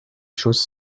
choses